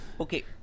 okay